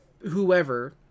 whoever